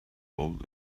gold